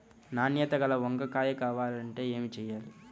నాణ్యత గల వంగ కాయ కావాలంటే ఏమి చెయ్యాలి?